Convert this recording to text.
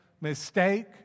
mistake